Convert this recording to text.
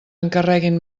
encarreguin